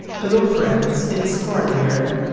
hello friends it's karl here,